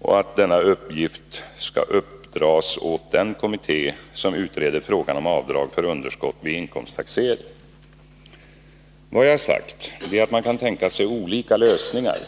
och att denna uppgift skall hänskjutas till den kommitté som utreder frågan om avdrag för underskott vid inkomsttaxering . Vad jag sagt är att man kan tänka sig olika lösningar.